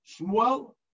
Shmuel